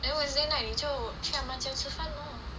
then wednesday night 你就去 ah ma 家吃饭 lor